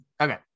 Okay